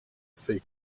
fake